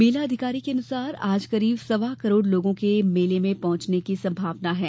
मेला अधिकारी के अनुसार आज करीब सवा करोड़ लोगों के मेले में पहुंचे की संभावना है